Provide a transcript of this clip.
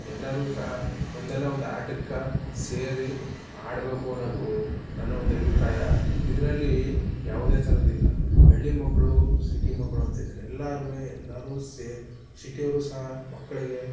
ಎಲ್ಲರೂ ಸಹ ಒಂದಲ್ಲ ಒಂದು ಆಟಕ್ಕೆ ಸೇರಿ ಆಡಬೇಕು ಅನ್ನೋದು ನನ್ನ ಒಂದು ಅಭಿಪ್ರಾಯ ಇದರಲ್ಲಿ ಯಾವುದೇ ತರೋದಿಲ್ಲ ಹಳ್ಳಿ ಮಕ್ಕಳು ಸಿಟಿ ಮಕ್ಕಳು ಅಂತಂದಿಲ್ಲ ಎಲ್ಲರೂ ಎಲ್ಲರೂ ಸೇರಿ ಸಿಟಿಯವರು ಸಹ ಮಕ್ಜಳಿಗೆ